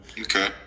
Okay